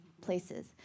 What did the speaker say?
places